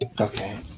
Okay